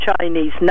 Chinese